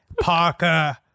Parker